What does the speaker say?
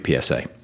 PSA